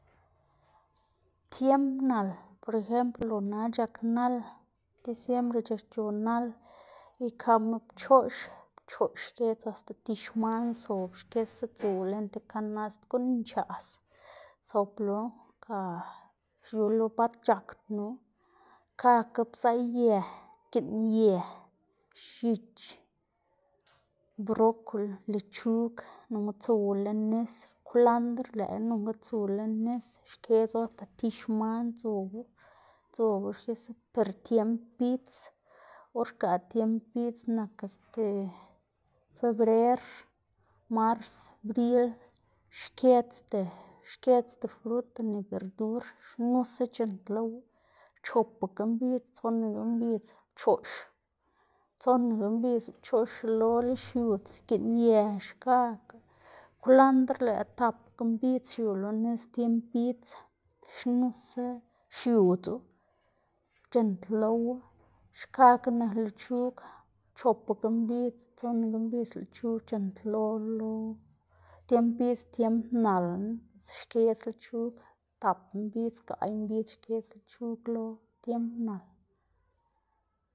tiemb nal por ejemplo na chak nal, diciembre c̲h̲akc̲h̲o nal, ikaꞌma pchoꞌx, pchoꞌx skedz axta tib xman sob xkisa tsuwu lën tib kanast guꞌn nchaꞌs, soblo ga yulo bat c̲h̲akdnu. Xkakga pzaꞌ ye, giꞌn ye, x̱ich, brokoli, lechug nonga tsuwu lën nis, kwlandr lëꞌkga nonga tsu lën nis xkedzu axta tib xman dzobu, dzobu xkisa per tiemb bidz or xgaꞌ tiemb bidz nak este febrer, mars, bril, xkedzda, xkedzda fruta ni berdur, xnusa c̲h̲intlowu, chopaga mbidz tsonaga mbidz, pchoꞌx tsonaga mbidz lëꞌ pchoꞌx xielola xiudz, giꞌn ye xkakga, kwlandr lëꞌkga tapaga mbidz xiu lo nis tiemb bidz, xnusa xiudzu, c̲h̲intlowu, xkakga nak lechug chopaga mbidz tsonaga mbidz lëꞌ lechug c̲h̲intlola lo tiemb bidz tiemb nalna xkedz lechug tap mbidz gaꞌy mbidz xkedz lechug lo tiemb nal.